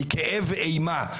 מכאב ואימה.